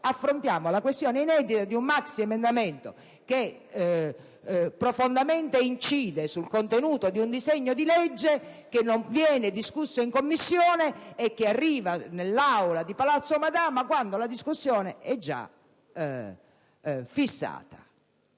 affrontiamo la questione inedita di un maxiemendamento che profondamente incide sul contenuto di un disegno legge, che non viene discusso in Commissione e che arriva nell'Aula di Palazzo Madama quando i tempi della discussione sono già fissati.